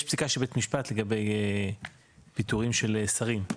יש פסיקה של בית משפט לגבי פיטורים של שרים,